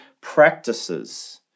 practices